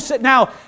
Now